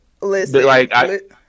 listen